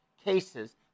cases